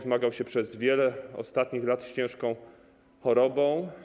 Zmagał się przez wiele ostatnich lat z ciężką chorobą.